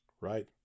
Right